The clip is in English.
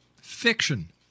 fiction